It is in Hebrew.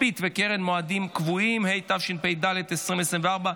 התשפ"ד 2024,